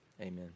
Amen